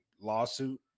lawsuit